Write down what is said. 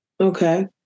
Okay